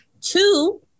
Two